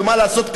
ומה לעשות,